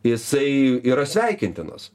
jisai yra sveikintinas